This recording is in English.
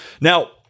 Now